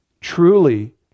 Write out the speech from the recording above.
Truly